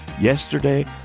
Yesterday